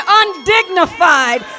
undignified